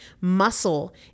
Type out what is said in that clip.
Muscle